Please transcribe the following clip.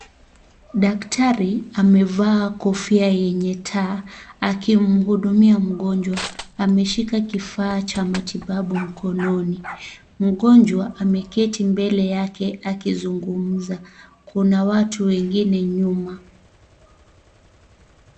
Daktari amevaa kofia yenye taa akihudumia mgonjwa ameshika kifaa cha matibabu mkononi, mgonjwa ameketi mbele yake akizungumza, kuna watu wengine nyuma.